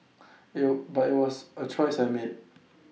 it'll by was A choice I made